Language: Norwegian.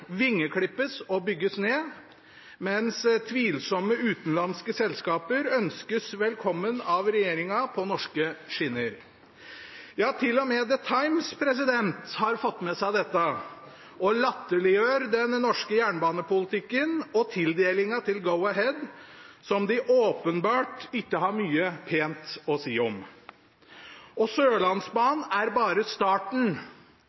vingeklippes og bygges ned, mens tvilsomme utenlandske selskaper ønskes velkommen av regjeringen på norske skinner. Ja, til og med The Times har fått med seg dette og latterliggjør den norske jernbanepolitikken og tildelingen til Go-Ahead, som de ikke har mye pent å si om. Og